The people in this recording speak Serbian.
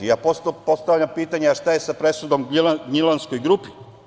Ja postavljam pitanje - a šta je sa presudom gnjilanskoj grupi?